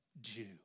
Jew